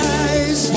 eyes